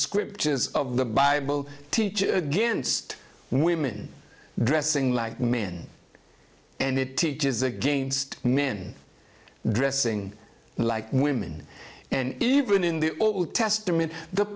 scriptures of the bible teaches against women dressing like men and it teaches against men dressing like women and even in the old testament the